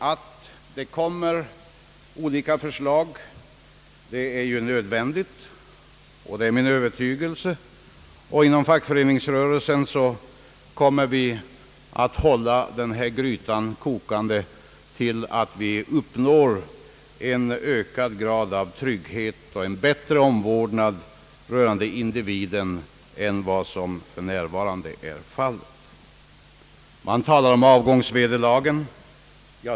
Att det kommer olika förslag är nödvändigt, det är min övertygelse. Inom =<:fackföreningsrörelsen kommer vi att hålla grytan kokande till dess att vi uppnår en ökad grad av trygghet och en bättre omvårdnad av individen än vad som för närvarande är fallet. Man talar om avgångsvederlagen.